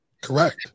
Correct